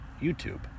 YouTube